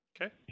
Okay